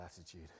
attitude